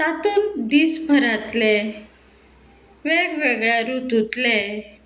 तातून दिसभरांतले वेगवेगळ्या रुतुंतले